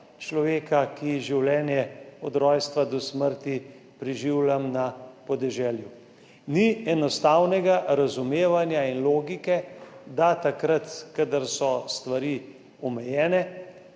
človeka, ki življenje od rojstva do smrti preživlja na podeželju? Ni enostavnega razumevanja in logike, da takrat, kadar so stvari omejene